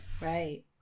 Right